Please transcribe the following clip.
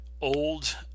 old